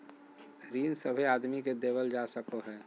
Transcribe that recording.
ऋण सभे आदमी के देवल जा सको हय